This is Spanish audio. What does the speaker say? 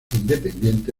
independiente